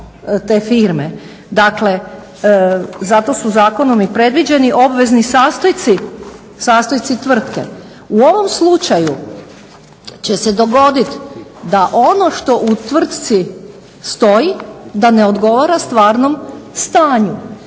te firme, dakle zato su zakonom i predviđeni obvezni sastojci tvrtke. U ovom slučaju će se dogodit da ono što u tvrtci stoji da ne odgovara stvarnom stanju.